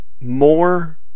more